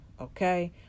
okay